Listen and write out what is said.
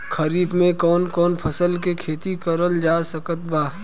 खरीफ मे कौन कौन फसल के खेती करल जा सकत बा?